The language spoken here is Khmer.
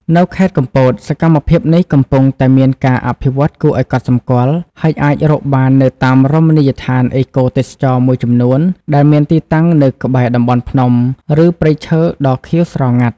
នៅខេត្តកំពត សកម្មភាពនេះកំពុងតែមានការអភិវឌ្ឍគួរឱ្យកត់សម្គាល់ ហើយអាចរកបាននៅតាមរមណីយដ្ឋានអេកូទេសចរណ៍មួយចំនួនដែលមានទីតាំងនៅក្បែរតំបន់ភ្នំ ឬព្រៃឈើដ៏ខៀវស្រងាត់។